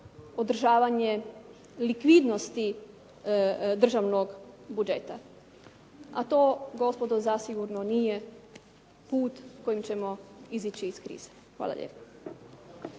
održavanje likvidnosti državnog budžeta, a to gospodo zasigurno nije put kojim ćemo izaći iz krize. Hvala lijepa.